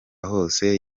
hose